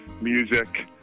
music